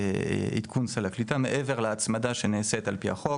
עדכון סל הקליטה מעבר להצמדה שנעשית על פי החוק.